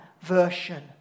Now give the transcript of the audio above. version